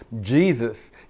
Jesus